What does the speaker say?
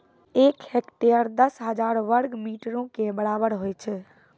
एक हेक्टेयर, दस हजार वर्ग मीटरो के बराबर होय छै